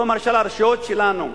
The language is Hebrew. לא מרשה לרשויות שלנו,